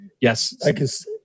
Yes